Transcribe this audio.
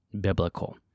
biblical